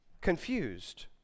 confused